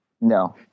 No